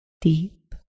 deep